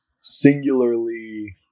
singularly